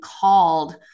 called